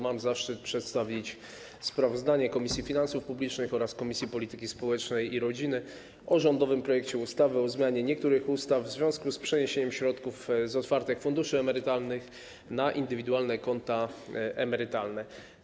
Mam zaszczyt przedstawić sprawozdanie Komisji Finansów Publicznych oraz Komisji Polityki Społecznej i Rodziny o rządowym projekcie ustawy o zmianie niektórych ustaw w związku z przeniesieniem środków z otwartych funduszy emerytalnych na indywidualne konta emerytalne.